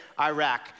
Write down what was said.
Iraq